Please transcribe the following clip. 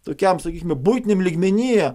tokiam sakysime buitiniam lygmenyje